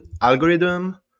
algorithm